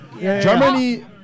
Germany